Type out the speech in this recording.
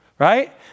Right